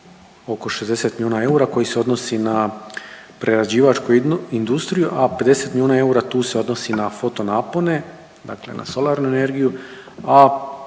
oko 60 milijuna eura koji se odnosi na prerađivačku industriju, a 50 milijuna eura tu se odnosi na foto napone, dakle na solarnu energiju,